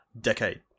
decade